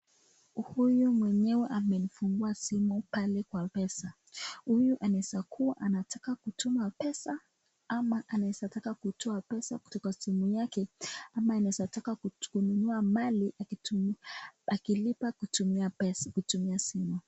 Huyu mwenyewe amefungua simu pale kwa pesa. Huyu anaeza kuwa anataka kutuma pesa ama anaeza taka kutoa pesa kutoka simu yake ama anaweza anataka kununua mali akilipa ktumia simu.